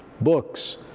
books